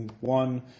one